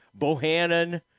Bohannon